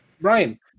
Brian